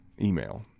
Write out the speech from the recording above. email